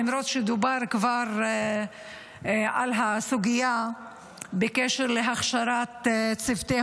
למרות שדובר כבר על הסוגייה בקשר להכשרת צוותי